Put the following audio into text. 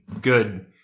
good